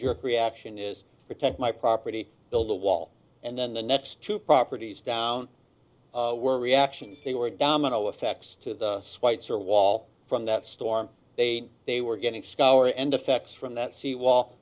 jerk reaction is protect my property build the wall and then the next two properties down were reactions they were domino effects to sweitzer wall from that storm they they were getting scour and affects from that seawall